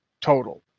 total